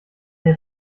den